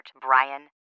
Brian